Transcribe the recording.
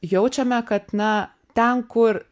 jaučiame kad na ten kur